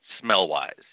smell-wise